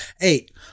eight